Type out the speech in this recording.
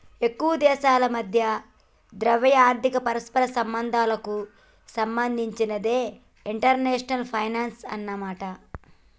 ఎక్కువ దేశాల మధ్య ద్రవ్య ఆర్థిక పరస్పర సంబంధాలకు సంబంధించినదే ఇంటర్నేషనల్ ఫైనాన్సు అన్నమాట